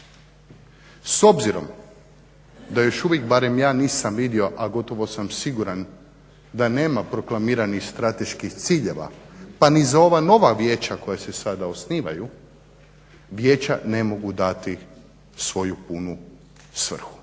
S obzirom da još uvijek barem ja još nisam vidio a gotovo sam siguran da nema proklamiranih strateških ciljeva pa ni za ova nova vijeća koja se sada osnivaju, vijeća ne mogu dati svoju punu svrhu